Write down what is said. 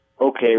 Okay